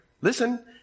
listen